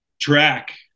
track